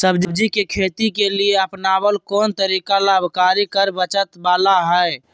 सब्जी के खेती के लिए अपनाबल कोन तरीका लाभकारी कर बचत बाला है?